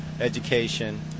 education